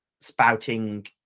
spouting